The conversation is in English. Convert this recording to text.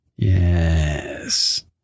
yes